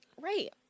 Right